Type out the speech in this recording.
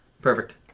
perfect